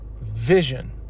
vision